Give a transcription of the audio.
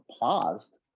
paused